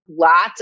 Lots